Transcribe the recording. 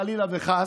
חלילה וחס,